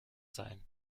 sein